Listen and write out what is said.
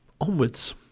Onwards